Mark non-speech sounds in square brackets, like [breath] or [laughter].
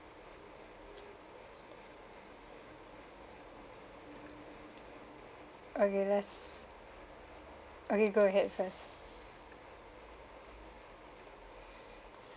okay let's okay go ahead first [breath]